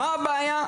מה הבעיה?